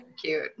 cute